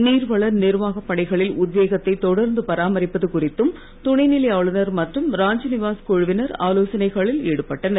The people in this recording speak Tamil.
நீர்வள நிர்வாகப் பணிகளில் உத்வேகத்தை தொடர்ந்து பராமரிப்பது குறித்தும் துணைநிலை ஆளுநர் மற்றும் ராஜ்நிவாஸ் குழுவினர் ஆலோசனைகளில் ஈடுபட்டனர்